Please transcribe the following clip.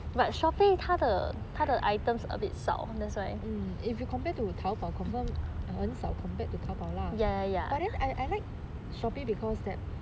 if you compare to tao bao confirm 很少 compared to tao bao lah but then I like shopee because that